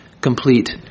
complete